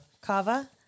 Kava